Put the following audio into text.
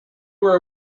were